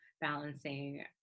balancing